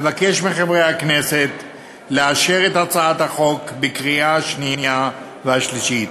אבקש מחברי הכנסת לאשר את הצעת החוק בקריאה השנייה והשלישית.